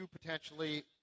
potentially